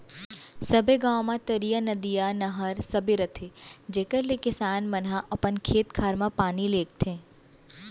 सबे गॉंव म तरिया, नदिया, नहर सबे रथे जेकर ले किसान मन ह अपन खेत खार म पानी लेगथें